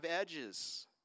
edges